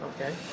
Okay